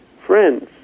friends